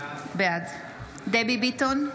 בעד דבי ביטון,